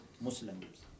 Muslims